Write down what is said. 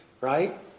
Right